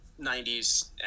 90s